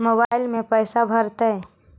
Mobile में पैसा भरैतैय?